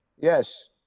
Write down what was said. Yes